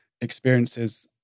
experiences